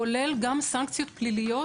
כולל גם סנקציות פליליות.